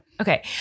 Okay